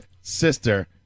sister